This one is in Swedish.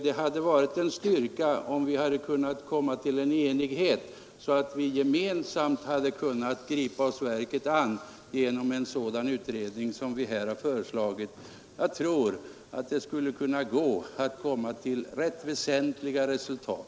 Det hade varit en styrka om vi hade kunnat bli eniga och gemensamt gripa oss verket an genom en sådan utredning som vi har föreslagit. Jag tror att den skulle kunna komma till rätt väsentliga resultat.